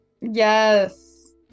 Yes